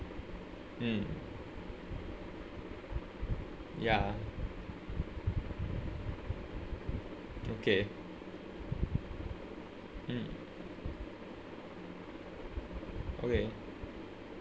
mm yeah okay mm okay